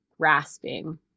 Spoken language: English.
grasping